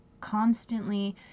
constantly